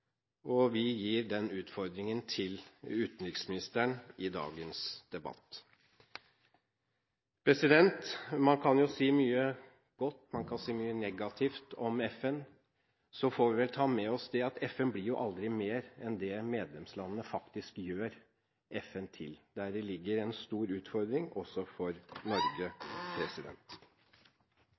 Vi gir den utfordringen til utenriksministeren i dagens debatt. Man kan si mye godt og negativt om FN, men vi får vel ta med oss at FN aldri blir mer enn det medlemslandene faktisk gjør FN til. Deri ligger en stor utfordring – også for Norge.